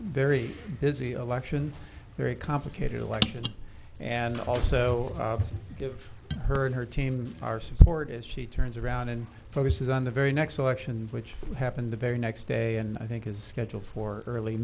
very busy election very complicated election and also give her and her team our support is she turns around and focuses on the very next election which happened the very next day and i think is scheduled for early